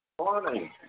Morning